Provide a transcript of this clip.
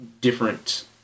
different